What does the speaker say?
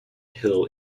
hill